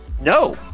No